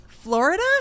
florida